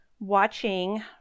watching